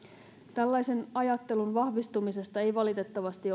tällaisen ajattelun vahvistumisesta ei valitettavasti